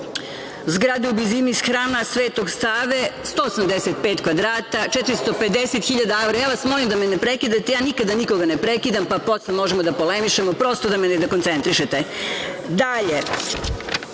zgrade u blizini Hrama Svetog Save – 185 kvadrata, 450.000 evra. Molim vas da me ne prekidate, ja nikada nikoga ne prekidam, pa posle možemo da polemišemo, prosto da me ne dekoncentrišete. Dalje,